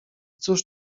cóż